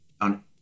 on